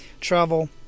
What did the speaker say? travel